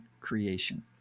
creation